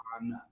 on